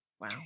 Wow